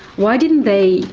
why didn't they